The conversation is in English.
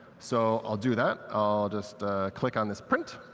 so i'll do that, i'll just click on this print,